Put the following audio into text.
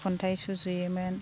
खन्थाइ सुजुयोमोन